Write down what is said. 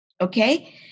okay